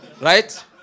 Right